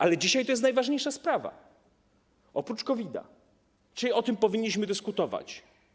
Ale dzisiaj to jest najważniejsza sprawa, oprócz COVID, dzisiaj o tym powinniśmy dyskutować.